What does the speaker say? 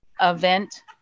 event